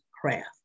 craft